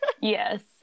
Yes